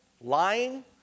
lying